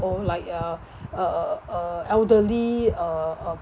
or like uh uh uh uh elderly uh uh